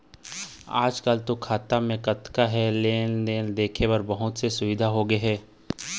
आजकाल तो खाता म कतना हे तेन ल देखे के बहुत से सुबिधा होगे हे